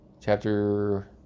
chapter